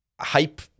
hype